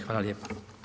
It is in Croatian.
Hvala lijepa.